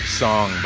song